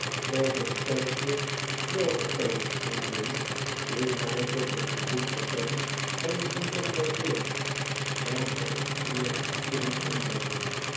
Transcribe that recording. of een stelletje water to ast vrienden die mij tot een publiek persoon hadden gebombardeerd dan had ik eer kunnen inleggen